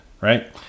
right